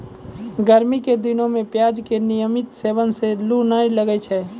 गर्मी के दिनों मॅ प्याज के नियमित सेवन सॅ लू नाय लागै छै